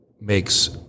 makes